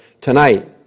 tonight